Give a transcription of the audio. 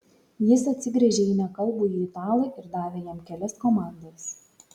jis atsigręžė į nekalbųjį italą ir davė jam kelias komandas